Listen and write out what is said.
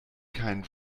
keinen